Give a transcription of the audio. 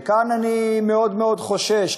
וכאן אני מאוד מאוד חושש,